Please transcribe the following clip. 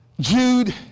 Jude